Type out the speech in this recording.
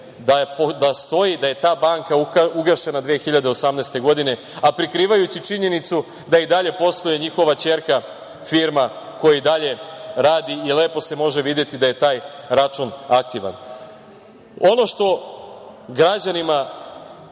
da je ta banka ugašena 2018. godine, a prikrivajući činjenicu da i dalje posluje njihova ćerka firma, koja i dalje radi i lepo se može videti da je taj račun aktivan. Ono što građanima